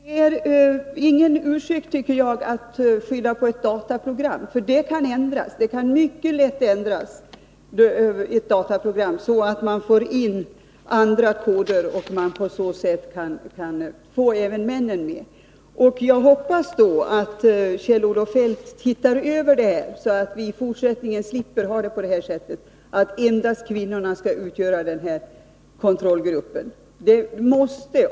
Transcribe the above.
Herr talman! Det är ingen ursäkt, tycker jag, att skylla på ett dataprogram. Ett dataprogram kan mycket lätt ändras, så att man får in andra koder, och på så sätt kan man få även männen med. Jag hoppas att Kjell-Olof Feldt tittar över det här, så att vi i fortsättningen slipper ha det så att endast kvinnorna skall utgöra kontrollgrupp.